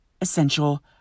essential